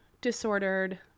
disordered